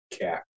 Cat